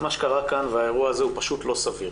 מה שקרה כאן והאירוע הזה הוא פשוט לא סביר.